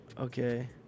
Okay